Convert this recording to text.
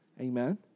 Amen